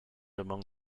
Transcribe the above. among